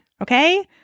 Okay